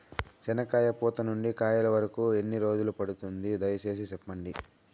చెనక్కాయ పూత నుండి కాయల వరకు ఎన్ని రోజులు పడుతుంది? దయ సేసి చెప్పండి?